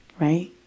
right